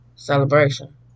Celebration